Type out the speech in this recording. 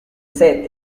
sed